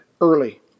early